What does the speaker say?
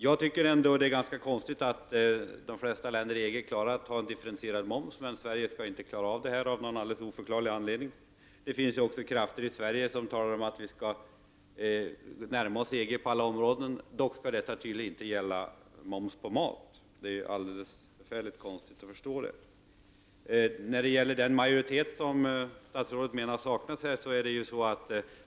Jag tycker att det är ganska konstigt att de flesta länder inom EG klarar av att ha en differentierad moms men att Sverige inte skall kunna klara av detta av någon alldeles oförklarlig anledning. Det finns också krafter i Sverige som talar för att vi skall närma oss EG på alla områden. Dock skall detta tydligen inte gälla moms på mat. Detta är mycket konstigt och svårt att förstå. Statsrådet menar att det här saknas en majoritet.